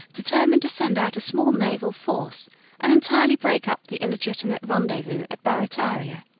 determined to send out a small naval force and entirely break up the illegitimate rendezvous at barrataria.